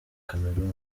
cameroun